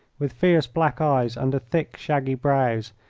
with fierce black eyes under thick, shaggy brows,